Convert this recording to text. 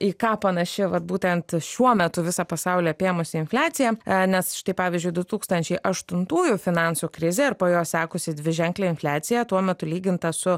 į ką panaši vat būtent šiuo metu visą pasaulį apėmusi infliacija nes štai pavyzdžiui du tūkstančiai aštuntųjų finansų krizė ir po jos sekusi dviženklė infliacija tuo metu lyginta su